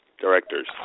directors